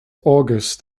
august